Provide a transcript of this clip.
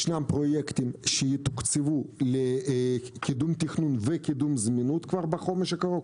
ישנם פרויקטים שיתוקצבו לקידום תכנון וקידום זמינות כבר בחומש הקרוב,